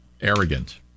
arrogant